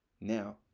Now